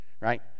right